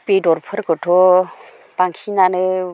बेदरफोरखौथ' बांसिनानो